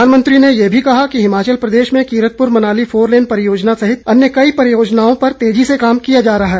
प्रधानमंत्री ने ये भी कहा कि हिमाचल प्रदेश में कीरतपुर मनाली फोरलेन परियोजना सहित अन्य कई परियोजनाओं पर तेजी से काम किया जा रहा है